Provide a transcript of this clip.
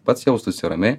pats jaustųsi ramiai